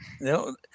No